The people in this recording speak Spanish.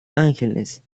ángeles